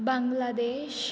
Bangladesh